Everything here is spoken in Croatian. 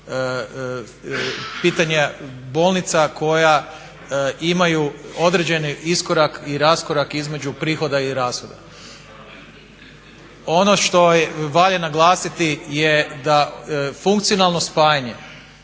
pitanje bolnica koje imaju određeni iskorak i raskorak između prihoda i rashoda. Ono što valja naglasiti je da funkcionalno spajanje